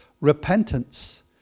repentance